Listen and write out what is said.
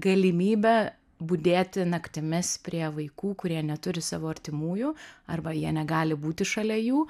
galimybę budėti naktimis prie vaikų kurie neturi savo artimųjų arba jie negali būti šalia jų